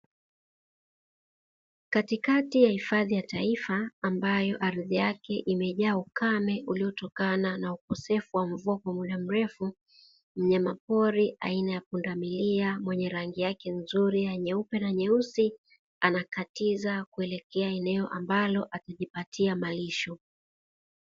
Katikati ya hifadhi ya taifa ambayo ardhi yake imejaa ukame uliotokana na ukosefu wa mvua kwa muda mrefu, mnyama pori aina ya punda milia mwenye rangi yake nzuri ya nyeupe na nyeusi, anakatiza kuelekea eneo ambalo akijipatia malisho.